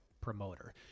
promoter